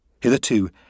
Hitherto